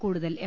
കൂടുതൽ എം